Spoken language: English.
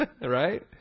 Right